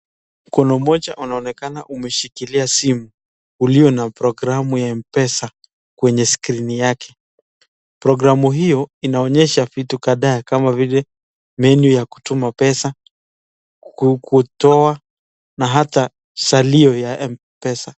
Mkono mmoja unaonekana umeshikilia simu. Uliona programu ya mpesa kwenye skrini yake. Programu hiyo inaonyesha vitu kadhaa kama vile menyu ya kutuma pesa, kutoa na hata salio ya Mpesa.